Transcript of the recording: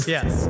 Yes